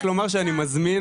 רק לומר שאני מזמין,